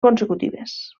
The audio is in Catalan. consecutives